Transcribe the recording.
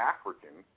African